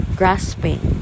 grasping